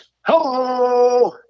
hello